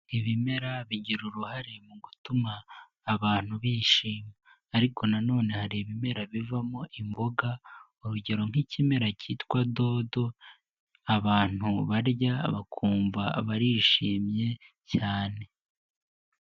Ibimera bigira uruhare mu gutuma abantu bishima ariko nanone hari ibimera bivamo imboga, urugero nk'ikimera cyitwa dodo abantu barya bakumva barishimye cyane.